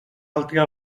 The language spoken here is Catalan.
altra